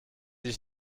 sich